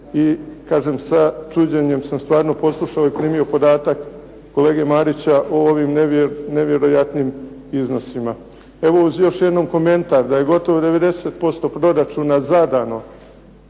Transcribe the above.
i kažem, sa čuđenjem sam stvarno poslušao i primio podatak kolege Marić o ovim nevjerojatnim iznosima. Evo uz još jednom komentar da je gotovo 90% proračuna zadano,